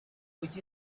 which